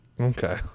Okay